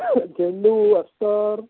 झेंडू अत्तर